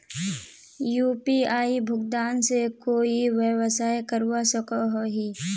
UPI भुगतान से कोई व्यवसाय करवा सकोहो ही?